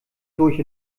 durch